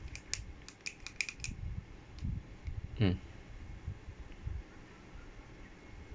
mm